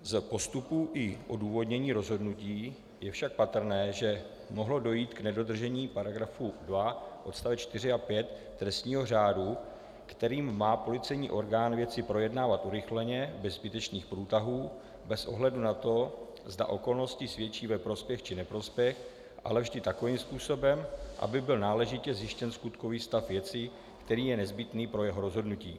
Z postupů i odůvodnění rozhodnutí je však patrné, že mohlo dojít k nedodržení § 2 odst. 4 a 5 trestního řádu, kterým má policejní orgán věci projednávat urychleně, bez zbytečných průtahů, bez ohledu na to, zda okolnosti svědčí ve prospěch či neprospěch, ale vždy takovým způsobem, aby byl náležitě zjištěn skutkový stav věci, který je nezbytný pro jeho rozhodnutí.